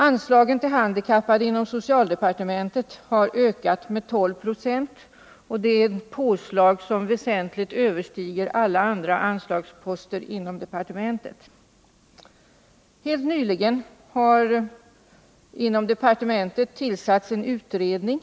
Anslagen till handikappade inom socialdepartementet har ökat med 12 96, och det är ett påslag som väsentligt överstiger alla andra anslagsposter inom departementet. Helt nyligen har inom departementet tillsatts en utredning.